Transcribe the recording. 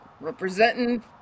Representing